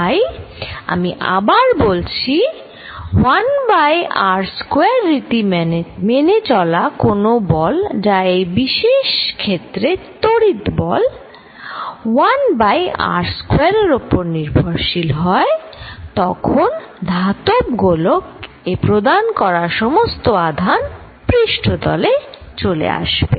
তাই আমি আবার বলছি 1 বাই r স্কয়ার রীতি মেনে চলা কোন বল যা এই বিশেষ ক্ষেত্রে তড়িৎ বল 1 বাই r স্কয়ার এর উপর নির্ভরশীল হয় তখন ধাতব গোলক এ প্রদান করা সমস্ত আধান পৃষ্ঠতলে চলে আসবে